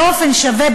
באופן שווה,